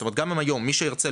זאת אומרת גם היום מי שירצה,